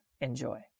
Enjoy